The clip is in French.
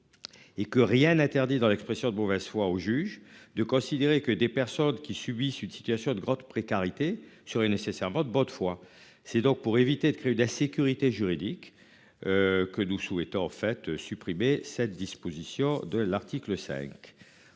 Et que rien n'interdit dans l'expression de mauvaise foi au juge de considérer que des personnes qui subissent une situation de grande précarité serait nécessairement de bonne foi. C'est donc pour éviter de crue d'insécurité. Juridique. Que nous souhaitons en fait supprimer cette disposition de l'article 5.